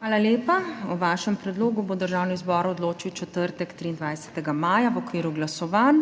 Hvala lepa. O vašem predlogu bo Državni zbor odločil v četrtek, 23. maja, v okviru glasovanj.